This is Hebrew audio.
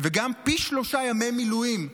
וגם פי שלושה ימי מילואים.